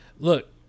Look